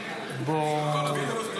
יפה מאוד.